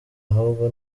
ahubwo